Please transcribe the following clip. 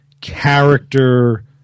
character